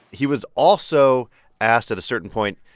he was also asked at a certain point,